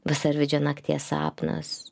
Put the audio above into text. vasarvydžio nakties sapnas